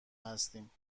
هستیم